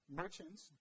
merchants